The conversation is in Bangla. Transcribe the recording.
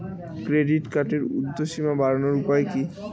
ক্রেডিট কার্ডের উর্ধ্বসীমা বাড়ানোর উপায় কি?